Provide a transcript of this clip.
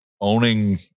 owning